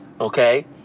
Okay